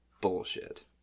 Bullshit